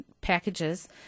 packages